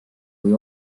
kui